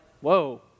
whoa